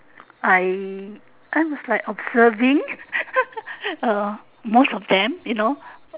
I I was like observing uh most of them you know